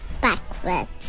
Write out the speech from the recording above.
backwards